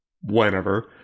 whenever